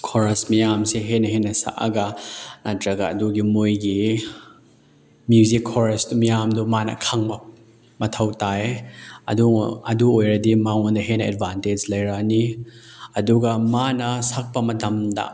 chorus ꯃꯌꯥꯝꯁꯦ ꯍꯦꯟꯅ ꯍꯦꯟꯅ ꯁꯛꯑꯒ ꯅꯠꯇ꯭ꯔꯒ ꯑꯗꯨꯒꯤ ꯃꯣꯏꯒꯤ ꯃ꯭ꯌꯨꯖꯤꯛ ꯈꯣꯔꯁ ꯃꯌꯥꯝꯗꯣ ꯃꯥꯅ ꯈꯪꯕ ꯃꯊꯧ ꯇꯥꯏ ꯑꯗꯨ ꯑꯗꯨ ꯑꯣꯏꯔꯗꯤ ꯃꯉꯣꯟꯗ ꯍꯦꯟꯅ ꯑꯦꯠꯕꯥꯟꯇꯦꯁ ꯂꯩꯔꯛꯑꯅꯤ ꯑꯗꯨꯒ ꯃꯥꯅ ꯁꯛꯄ ꯃꯇꯝꯗ